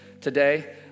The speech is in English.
Today